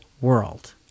world